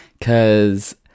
Cause